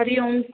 हरिः ओम्